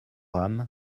âme